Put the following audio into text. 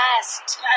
last